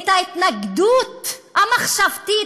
את ההתנגדות המחשבתית,